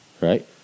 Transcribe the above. right